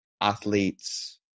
athletes